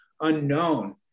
unknown